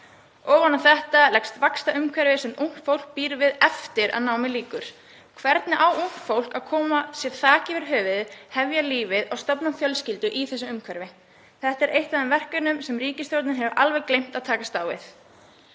Ofan á þetta leggst vaxtaumhverfi sem ungt fólk býr við eftir að námi lýkur. Hvernig á ungt fólk að koma sér þaki yfir höfuðið, hefja lífið og stofna fjölskyldu í þessu umhverfi? Þetta er eitt af þeim verkefnum sem ríkisstjórnin hefur alveg gleymt að takast á við.